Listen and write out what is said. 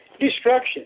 destruction